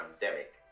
pandemic